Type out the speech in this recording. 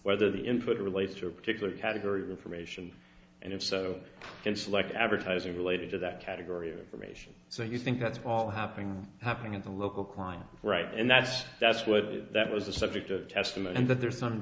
whether the input relates to a particular category reformation and instead of intellect advertising related to that category of information so you think that's all happening happening at the local client right and that's that's what that was the subject of testimony that there's some